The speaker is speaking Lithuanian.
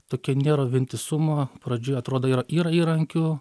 tokio nėra vientisumo pradžioje atrodo yra yra įrankių